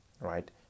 right